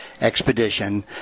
Expedition